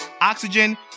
Oxygen